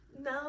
no